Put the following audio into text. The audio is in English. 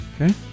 Okay